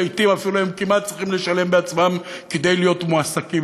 ולעתים אפילו הם כמעט צריכים לשלם בעצמם כדי להיות מועסקים.